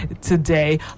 today